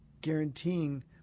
guaranteeing